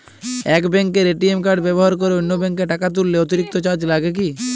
এক ব্যাঙ্কের ATM card ব্যবহার করে অন্য ব্যঙ্কে টাকা তুললে অতিরিক্ত চার্জ লাগে কি?